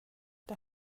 det